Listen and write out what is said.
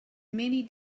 many